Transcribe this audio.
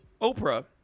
Oprah